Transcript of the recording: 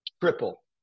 triple